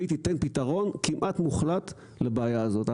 והיא תתן פתרון כמעט מוחלט לבעיה הזאת.